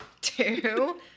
two-